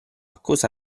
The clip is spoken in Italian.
cosa